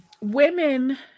Women